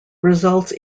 results